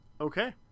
Okay